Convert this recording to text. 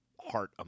heart